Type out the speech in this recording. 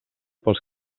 pels